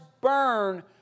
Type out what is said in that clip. burn